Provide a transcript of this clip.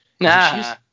Nah